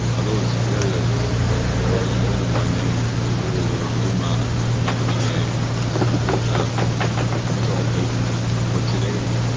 those areas, you probably know them by name, those areas are douma and and muadamiya and eastern ghouta. and these are all places where today,